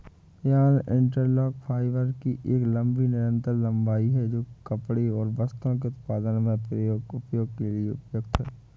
yarn interlock fibre की एक लंबी निरंतर लंबाई है, जो कपड़े और वस्त्रों के उत्पादन में उपयोग के लिए उपयुक्त है